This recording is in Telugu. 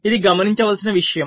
ఇది గమనించవలసిన విషయం